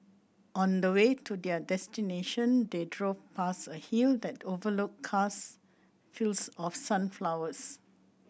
on the way to their destination they drove past a hill that overlooked cast fields of sunflowers